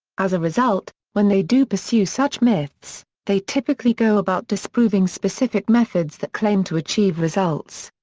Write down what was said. as a result, when they do pursue such myths, they typically go about disproving specific methods that claim to achieve results.